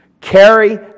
carry